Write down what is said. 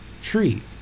tree